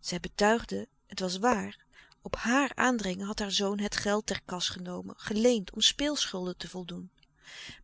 zij betuigde het was waar op hàar aandringen had haar zoon het geld der kas genomen geleend om speelschulden te voldoen